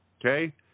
Okay